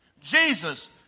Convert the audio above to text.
Jesus